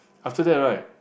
after that right